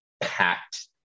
packed